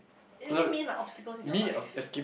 is it mean like obstacles in your life